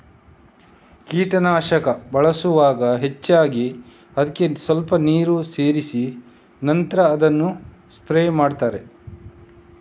ಕೀಟನಾಶಕ ಬಳಸುವಾಗ ಹೆಚ್ಚಾಗಿ ಅದ್ಕೆ ಸ್ವಲ್ಪ ನೀರು ಸೇರಿಸಿ ನಂತ್ರ ಅದನ್ನ ಸ್ಪ್ರೇ ಮಾಡ್ತಾರೆ